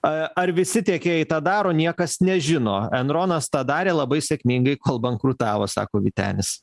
ar visi tiekėjai tą daro niekas nežino enronas tą darė labai sėkmingai kol bankrutavo sako vytenis